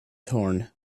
torn